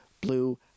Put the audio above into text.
Blue